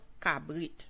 cabrit